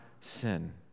sin